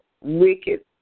wicked